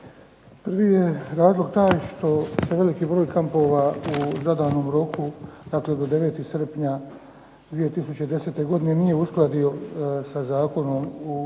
Prvi je razlog taj što veliki broj kampova u zadanom roku, dakle do 9. srpnja 2010. godine nije uskladio sa Zakonom o